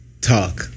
talk